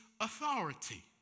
authority